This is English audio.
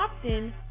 often